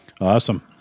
Awesome